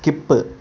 skip